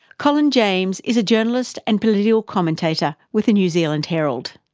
colin james is a journalist and political commentator with the new zealand herald.